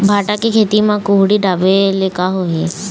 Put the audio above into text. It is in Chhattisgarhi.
भांटा के खेती म कुहड़ी ढाबे ले का होही?